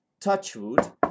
touchwood